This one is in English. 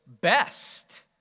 best